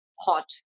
hot